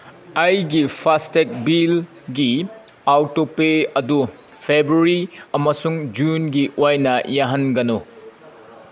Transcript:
ꯑꯩꯒꯤ ꯐꯥꯁꯇꯦꯛ ꯕꯤꯜꯒꯤ ꯑꯥꯎꯇꯣꯄꯦ ꯑꯗꯨ ꯐꯦꯕ꯭ꯔꯨꯔꯤ ꯑꯃꯁꯨꯡ ꯖꯨꯟꯒꯤ ꯑꯣꯏꯅ ꯌꯥꯍꯟꯒꯅꯨ